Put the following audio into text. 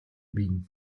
wien